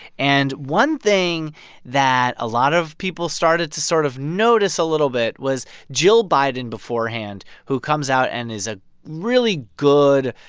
and one thing that a lot of people started to sort of notice a little bit was jill biden, beforehand, who comes out and is a really good,